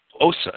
Osa